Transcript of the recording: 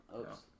Oops